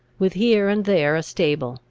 with here and there a stable,